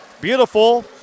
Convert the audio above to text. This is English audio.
Beautiful